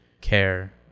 care